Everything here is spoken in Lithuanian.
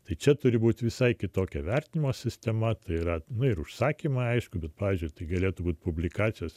tai čia turi būti visai kitokia vertinimo sistema tai yra na ir užsakymą aišku bet pavyzdžiui tai galėtų būti publikacijos